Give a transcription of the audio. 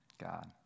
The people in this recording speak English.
God